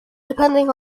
depending